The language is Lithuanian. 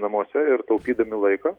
namuose ir taupydami laiką